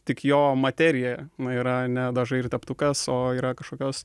tik jo materija yra ne dažai ir teptukas o yra kažkokios